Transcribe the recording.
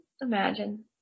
Imagine